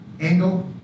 angle